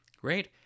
Great